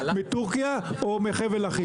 מטורקיה או מחבל לכיש,